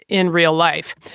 in real life,